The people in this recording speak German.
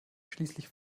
schließlich